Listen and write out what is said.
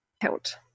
Count